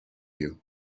you